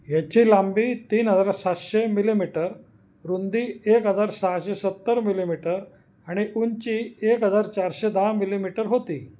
ह्याची लांबी तीन हजार सातशे मिलिमीटर रुंदी एक हजार सहाशे सत्तर मिलिमीटर आणि उंची एक हजार चारशे दहा मिलिमीटर होती